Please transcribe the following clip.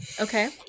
Okay